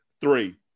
three